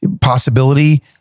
possibility